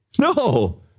No